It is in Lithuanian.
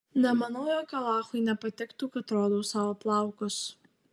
nemanau jog alachui nepatiktų kad rodau savo plaukus